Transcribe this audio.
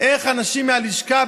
איך אנשים מהלשכה,